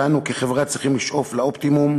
ואנו כחברה צריכים לשאוף לאופטימום,